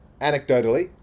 anecdotally